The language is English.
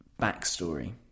backstory